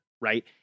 right